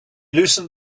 loosened